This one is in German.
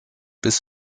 bis